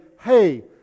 hey